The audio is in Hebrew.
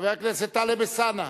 חבר הכנסת טלב אלסאנע,